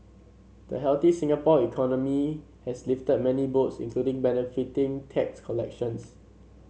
the healthy Singapore economy has lifted many boats including benefiting tax collections